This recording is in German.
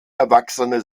erwachsene